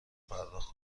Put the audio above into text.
پرداخت